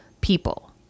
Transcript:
people